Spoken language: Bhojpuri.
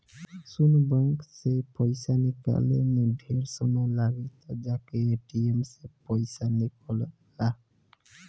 सुन बैंक से पइसा निकाले में ढेरे समय लागी त जाके ए.टी.एम से पइसा निकल ला